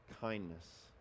kindness